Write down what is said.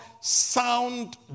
sound